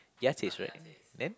Yates right then